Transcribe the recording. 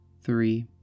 three